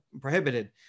prohibited